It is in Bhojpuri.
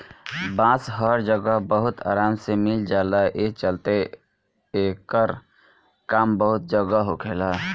बांस हर जगह बहुत आराम से मिल जाला, ए चलते एकर काम बहुते जगह होखेला